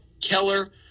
Keller